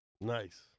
Nice